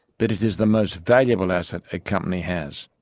but it is the most valuable asset a company has.